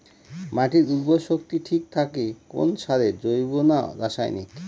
মাটির উর্বর শক্তি ঠিক থাকে কোন সারে জৈব না রাসায়নিক?